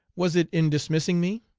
was it in dismissing me,